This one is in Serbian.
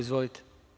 Izvolite.